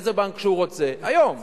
לאיזה בנק שהוא רוצה היום,